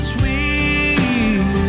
Sweet